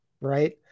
right